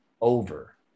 over